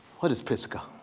what is pisgah.